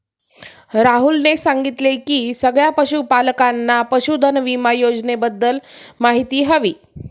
राहुलने सांगितले की सगळ्या पशूपालकांना पशुधन विमा योजनेबद्दल माहिती हवी